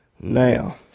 Now